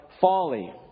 folly